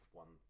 one